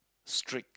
strict